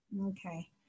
Okay